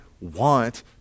want